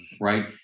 right